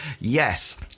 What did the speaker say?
Yes